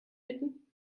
bitten